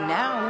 now